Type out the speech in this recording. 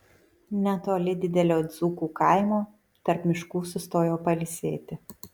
netoli didelio dzūkų kaimo tarp miškų sustojo pailsėti